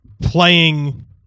playing